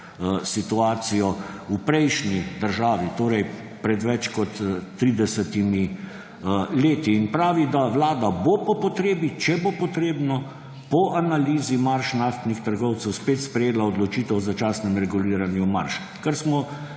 situacijo v prejšnji državi, torej pred več kot tridesetimi leti. In pravi, da vlada bo po potrebi, če bo treba, po analizi marž naftnih trgovcev spet sprejela odločitev o začasnem reguliranju marž, kar smo